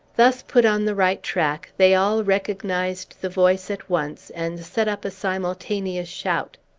thus put on the right track, they all recognized the voice at once, and set up a simultaneous shout.